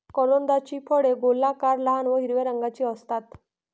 करोंदाची फळे गोलाकार, लहान व हिरव्या रंगाची असतात